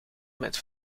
met